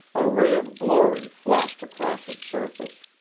a ray of glory flashed across its surface.